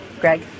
Greg